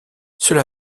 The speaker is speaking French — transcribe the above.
cela